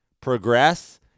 progress